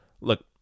look